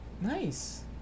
Nice